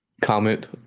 comment